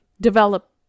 develop